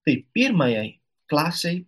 tai pirmajai klasei